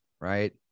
right